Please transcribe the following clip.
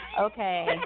Okay